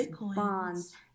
Bonds